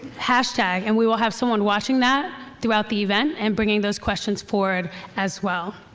hashtag. and we will have someone watching that throughout the event and bringing those questions forward as well.